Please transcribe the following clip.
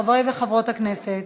חברי וחברות הכנסת,